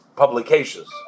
Publications